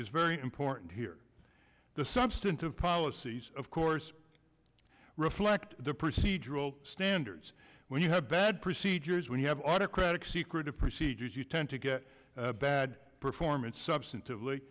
is very important here the substantive policies of course reflect the procedural standards when you have that procedures when you have autocratic secretive procedures you tend to get that performance substantive